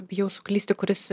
bijau suklysti kuris